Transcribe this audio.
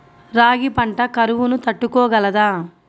రాగి పంట కరువును తట్టుకోగలదా?